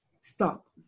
stop